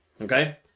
Okay